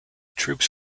troops